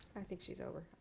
i think she's over.